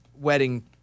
wedding